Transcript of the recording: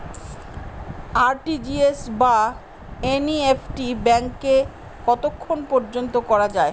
RTGS বা NEFT ব্যাংকে কতক্ষণ পর্যন্ত করা যায়?